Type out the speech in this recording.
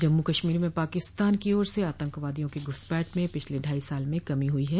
जम्मू कश्मीर में पाकिस्तान की ओर से आतंकवादियों की घुसपैठ में पिछले ढाई साल में कमी हुई है